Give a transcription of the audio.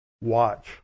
watch